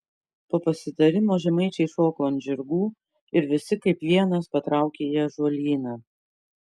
po pasitarimo žemaičiai šoko ant žirgų ir visi kaip vienas patraukė į ąžuolyną